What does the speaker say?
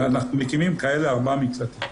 אנחנו מקימים כאלה ארבעה מקלטים.